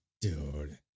Dude